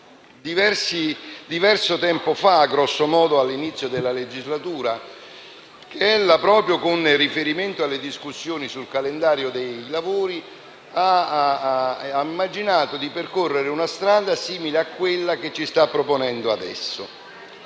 diverso tempo fa, all'inizio della legislatura, che ella, proprio con riferimento alle discussioni sul calendario dei lavori, abbia immaginato di percorrere una strada simile a quella che ci sta proponendo adesso.